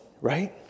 right